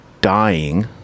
dying